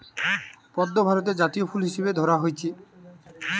পদ্ম ভারতের জাতীয় ফুল হিসাবে ধরা হইচে